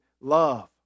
love